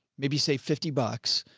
maybe say fifty bucks.